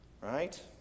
right